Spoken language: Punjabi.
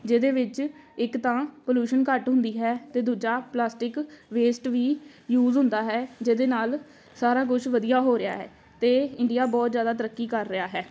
ਜਿਹਦੇ ਵਿੱਚ ਇੱਕ ਤਾਂ ਪੋਲਿਊਸ਼ਨ ਘੱਟ ਹੁੰਦੀ ਹੈ ਅਤੇ ਦੂਜਾ ਪਲਾਸਟਿਕ ਵੇਸਟ ਵੀ ਯੂਜ ਹੁੰਦਾ ਹੈ ਜਿਹਦੇ ਨਾਲ ਸਾਰਾ ਕੁਛ ਵਧੀਆ ਹੋ ਰਿਹਾ ਹੈ ਅਤੇ ਇੰਡੀਆ ਬਹੁਤ ਜ਼ਿਆਦਾ ਤਰੱਕੀ ਕਰ ਰਿਹਾ ਹੈ